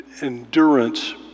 endurance